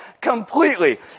completely